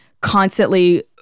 constantly